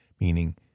meaning